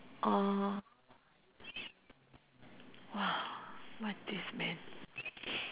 orh !wah! what this meant